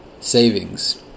savings